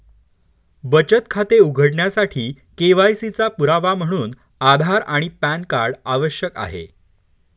बचत खाते उघडण्यासाठी के.वाय.सी चा पुरावा म्हणून आधार आणि पॅन कार्ड आवश्यक आहे